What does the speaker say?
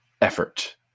effort